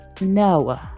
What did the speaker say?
No